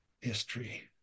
history